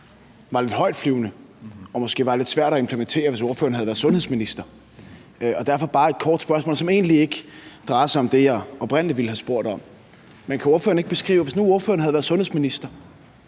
var lidt højtflyvende og måske lidt svær at implementere, hvis ordføreren havde været sundhedsminister. Derfor har jeg bare et kort spørgsmål, som egentlig ikke drejer sig om det, jeg oprindelig ville have spurgt om. Men kan ordføreren ikke beskrive, hvordan ordføreren helt konkret